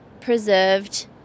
preserved